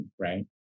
right